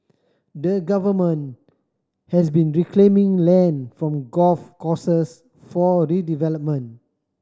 the Government has been reclaiming land from golf courses for redevelopment